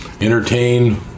entertain